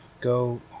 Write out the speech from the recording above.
go